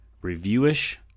review-ish